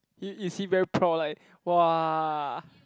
he is he very proud like !wah!